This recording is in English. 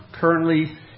currently